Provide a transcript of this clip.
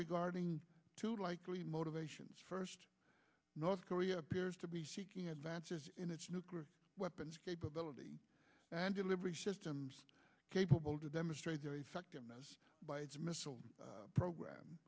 regarding to the likely motivations first north korea appears to be seeking advances in its nuclear weapons capability and delivery systems capable to demonstrate their effectiveness by its missile program